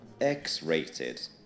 X-Rated